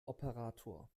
operator